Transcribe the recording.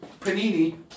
Panini